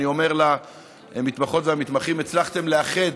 אני אומר למתמחות ולמתמחים: הצלחתם לאחד